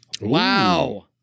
Wow